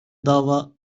dava